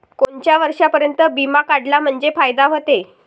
कोनच्या वर्षापर्यंत बिमा काढला म्हंजे फायदा व्हते?